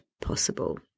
possible